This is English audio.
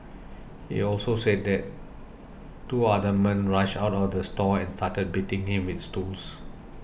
he also said that two other men rushed out of the store and started beating him with stools